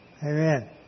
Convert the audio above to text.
Amen